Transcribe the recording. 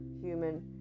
human